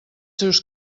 seus